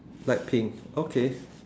light pink okay